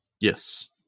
Yes